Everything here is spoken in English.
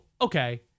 okay